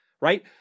right